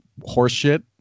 horseshit